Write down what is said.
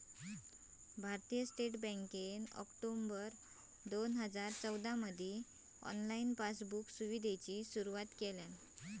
भारतीय स्टेट बँकेन ऑक्टोबर दोन हजार चौदामधी ऑनलाईन पासबुक सुविधेची सुरुवात केल्यान